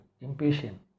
impatient